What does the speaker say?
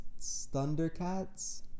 Thundercats